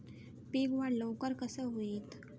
पीक वाढ लवकर कसा होईत?